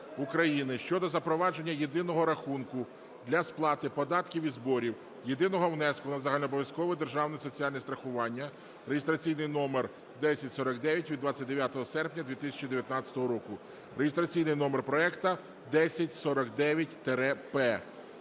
щодо запровадження єдиного рахунку для сплати податків і зборів, єдиного внеску на загальнообов'язкове державне соціальне страхування (реєстраційний номер 1049), від 29 серпня 2019 року, реєстраційний номер проекту 1049-П.